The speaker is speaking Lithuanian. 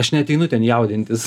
aš neateinu ten jaudintis